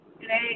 Today